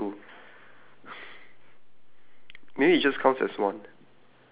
oh I don't have that oh wait does oh because then like that does it count as one or two